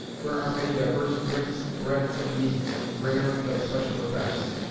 where are made divers drinks, breads, and meats, rare and of special effects.